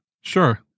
Sure